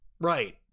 right